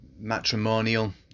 matrimonial